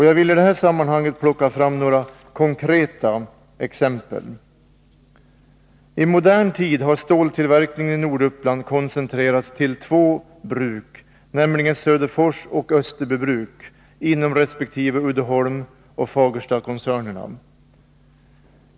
Jag vill i det sammanhanget plocka fram några konkreta exempel. I modern tid har ståltillverkningen i Norduppland koncentrerats till två bruk, nämligen Söderfors bruk och Österbybruk inom resp. Uddeholmskoncernen och Fagerstakoncernen.